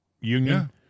Union